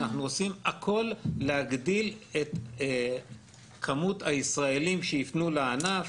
אנחנו עושים הכול כדי להגדיל את כמות הישראלים שיפנו לענף,